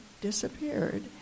disappeared